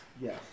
Yes